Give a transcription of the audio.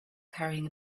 carrying